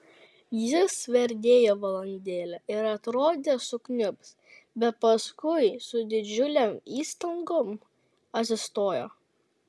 jis sverdėjo valandėlę ir atrodė sukniubs bet paskui su didžiulėm įstangom atsistojo